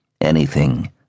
anything